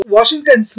Washington